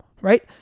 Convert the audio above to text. right